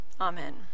Amen